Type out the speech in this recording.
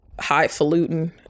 highfalutin